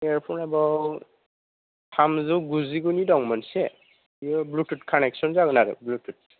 hair फना बेयाव थामजौ गुजि गुनि दं मोनसे बियो ब्लुतुट कानेकसन जागोन आरो ब्लुतुट